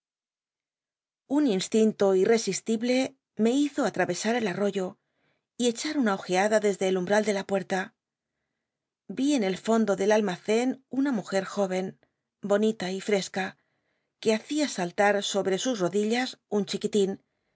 un instinto iac btible me hizo atravc w el arroyo y echa a una ojeada desde elumlmll de la puerta vi en el fondo del almacen una mujer joven bonita y fresca que hacía saltar sobre his rodillas un chi